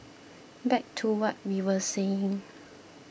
back to what we were saying